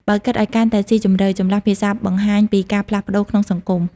បើគិតឱ្យកាន់តែស៊ីជម្រៅ ចម្លាស់ភាសាបង្ហាញពីការផ្លាស់ប្តូរក្នុងសង្គម។